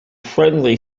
friendly